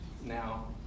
now